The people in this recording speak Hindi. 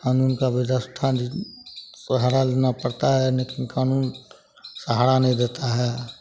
कानून का व्यवस्था सहारा लेना पड़ता है लेकिन कानून सहारा नहीं देता है